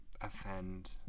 Offend